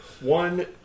One